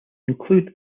include